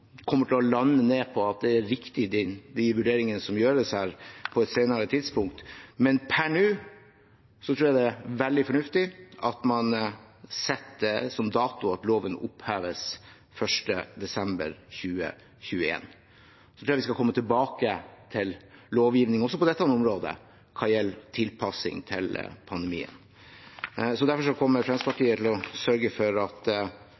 kommer til å lande på at det er viktig, de vurderingene som gjøres her, men per nå tror jeg det er veldig fornuftig at man setter som dato at loven oppheves 1. desember 2021. Jeg tror vi skal komme tilbake til lovgivning også på dette området hva gjelder tilpasning til pandemien. Derfor kommer Fremskrittspartiet til å sørge for at